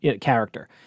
character